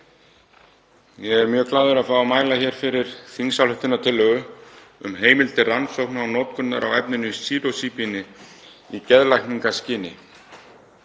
Ég er mjög glaður að fá að mæla hér fyrir þingsályktunartillögu um heimild til rannsókna og notkunar á efninu sílósíbíni í geðlækningaskyni.